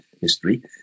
history